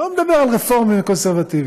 אני לא מדבר על רפורמים וקונסרבטיבים,